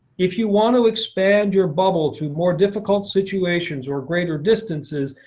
if you want to expand your bubble to more difficult situations or greater distances,